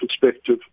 perspective